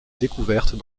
découvertes